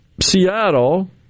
Seattle